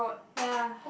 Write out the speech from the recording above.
ya